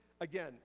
again